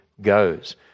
goes